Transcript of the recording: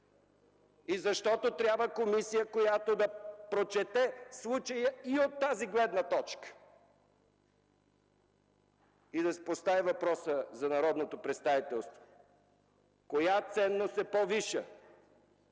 И защото трябва комисия, която да прочете случая и от тази гледна точка, и да постави въпроса пред народното представителство коя ценност е по-висша